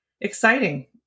Exciting